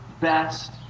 best